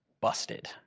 busted